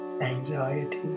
anxiety